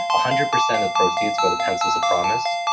ah hundred percent of the proceeds go to pencils of promise,